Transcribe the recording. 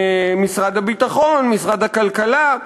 במשרד הביטחון, במשרד הכלכלה.